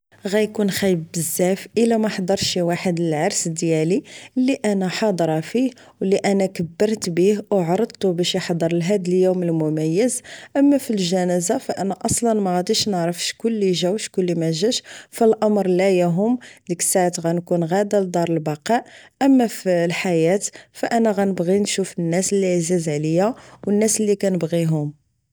غيكون خايب بزاف الى ماحضرش شي واحد العرس ديالي اللي انا حاضرة فيه واللي انا كبرت بيه وعرضتو باش يحضر لهذا اليوم المميز اما في الجنازة فانا اصلا ماغاديش نعرف شكون لي جا وشكون اللي ماجاش فالامر لا يهم ديك الساعة غنكون غادا لدار البقاء. اما في الحياة فانا غانبغي نشوف الناس لي عزاز عليا. والناس لي كنبغي